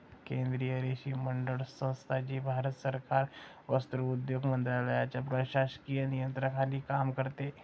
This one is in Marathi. केंद्रीय रेशीम मंडळ संस्था, जी भारत सरकार वस्त्रोद्योग मंत्रालयाच्या प्रशासकीय नियंत्रणाखाली काम करते